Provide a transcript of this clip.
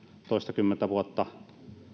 toistakymmentä vuotta